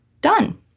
done